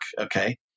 okay